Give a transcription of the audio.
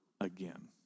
again